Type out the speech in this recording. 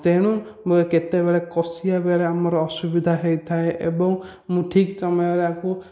ତେଣୁ କେତେବେଳେ କଷିବାବେଳେ ଆମର ଅସୁବିଧା ହୋଇଥାଏ ଏବଂ ମୁଁ ଠିକ ସମୟରେ ଆକୁ